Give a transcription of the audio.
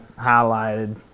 highlighted